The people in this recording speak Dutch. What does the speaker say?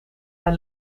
haar